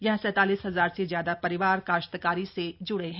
यहां सैंतालीस हजार से ज्यादा परिवार काश्तकारी से जुड़े हैं